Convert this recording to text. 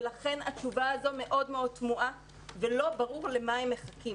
ולכן התשובה הזאת מאוד תמוהה ולא ברור למה הם מחכים.